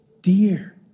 dear